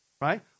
Right